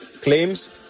claims